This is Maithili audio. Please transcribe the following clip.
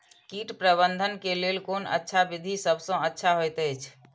कीट प्रबंधन के लेल कोन अच्छा विधि सबसँ अच्छा होयत अछि?